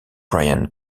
bryan